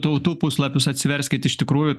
tautų puslapius atsiverskit iš tikrųjų